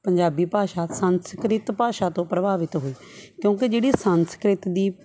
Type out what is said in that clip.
ਪੰਜਾਬੀ ਭਾਸ਼ਾ ਸੰਸਕ੍ਰਿਤ ਭਾਸ਼ਾ ਤੋਂ ਪ੍ਰਭਾਵਿਤ ਹੋਈ ਕਿਉਂਕਿ ਜਿਹੜੀ ਸੰਸਕ੍ਰਿਤ ਦੀ